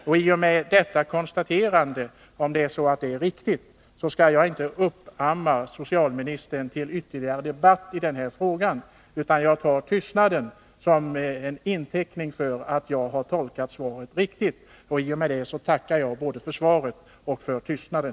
Om detta konstaterande är riktigt skall jag inte uppmana socialministern till ytterligare debatt i den här frågan, utan jag tar tystnaden till intäkt för att jag har tolkat svaret riktigt. I och med detta tackar jag både för svaret och för tystnaden.